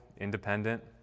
independent